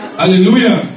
hallelujah